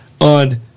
on